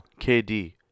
KD